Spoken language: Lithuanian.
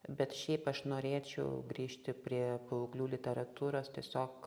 bet šiaip aš norėčiau grįžti prie paauglių literatūros tiesiog